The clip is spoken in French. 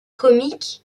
comique